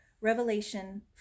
Revelation